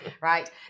Right